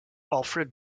alfred